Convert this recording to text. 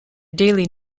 daily